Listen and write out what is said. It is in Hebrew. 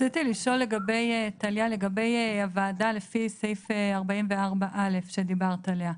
רציתי לשאול לגבי הוועדה לפי סעיף 44א שדיברת עליה.